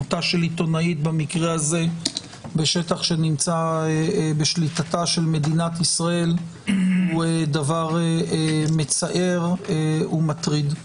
מותה של עיתונאית בשטח שנמצא בשליטת מדינת ישראל הוא דבר מצער ומטריד.